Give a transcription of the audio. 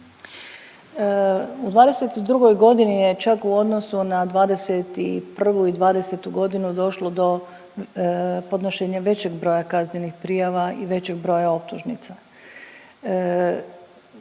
U '22. g. je čak u odnosu na '21. i '20. g. došlo do podnošenja većeg broja kaznenih prijava i većeg broja optužnica.